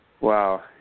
Wow